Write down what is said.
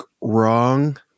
wrong